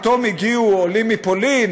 פתאום הגיעו עולים מפולין,